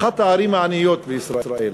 אחת הערים העניות בישראל,